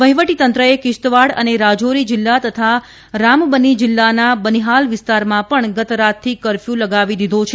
વહિવટી તંત્રએ કિસ્તવાડ અને રાજારી જિલ્લા તથા રામબની જિલ્લાના બનીહાલ વિસ્તારમાં પણ ગતરાતથી કફર્યુ લગાવી દીધો છે